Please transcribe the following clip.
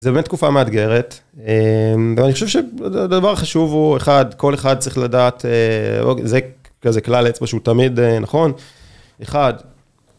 זה באמת תקופה מאתגרת ואני חושב שדבר חשוב הוא, אחד - כל אחד צריך לדעת, אה, זה כזה כלל אצבע שהוא תמיד נכון, אחד